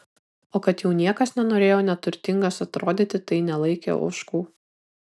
o kad jau niekas nenorėjo neturtingas atrodyti tai nelaikė ožkų